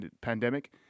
pandemic